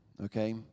okay